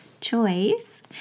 choice